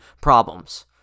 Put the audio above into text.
problems